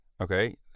Okay